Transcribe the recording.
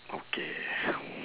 okay